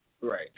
Right